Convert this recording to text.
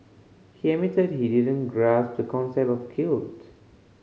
he admitted he didn't grasp the concept of guilt